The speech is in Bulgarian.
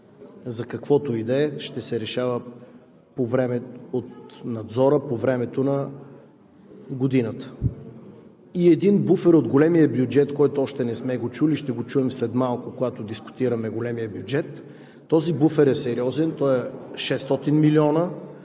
за каквото и да е, ще се решава от Надзора по време на годината. И един буфер от големия бюджет, който още не сме го чули, ще го чуем след малко, когато дискутираме големия бюджет. Този буфер е сериозен, той е 600 милиона,